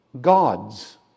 gods